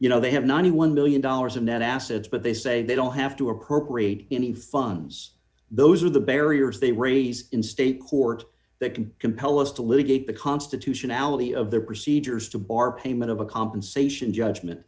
you know they have ninety one million dollars of net assets but they say they don't have to appropriate any funds those are the barriers they raise in state court that can compel us to litigate the constitutionality of their procedures to bar payment of a compensation judgment